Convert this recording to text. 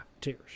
tears